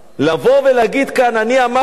לבוא ולהגיד כאן: אני אמרתי,